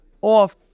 off